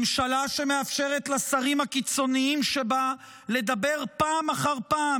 ממשלה שמאפשרת לשרים הקיצוניים שבה לדבר פעם אחר פעם